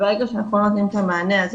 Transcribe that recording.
וברגע שאנחנו לא נותנים את המענה הזה,